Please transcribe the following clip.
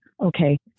okay